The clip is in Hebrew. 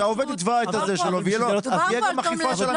שעובד שיתבע את הזה שלו ותהיה גם אכיפה של המשרד.